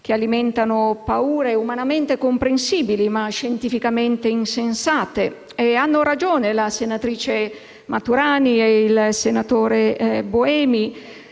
che alimentano paure umanamente comprensibili ma scientificamente insensate. Hanno ragione la senatrice Maturani e il senatore Buemi